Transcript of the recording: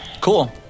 Cool